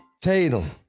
Tatum